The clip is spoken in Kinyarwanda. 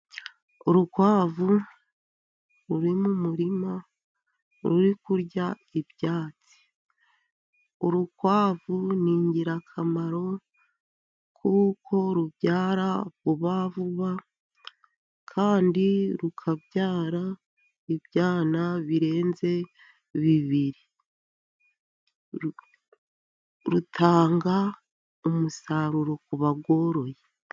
Urukwavu ruri mu murima, ruri kurya ibyatsi .Urukwavu ni ingirakamaro kuko rubyara vuba vuba, kandi rukabyara ibyana birenze bibiri ,rutanga umusaruro ku barworoye.